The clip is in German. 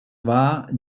war